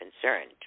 concerned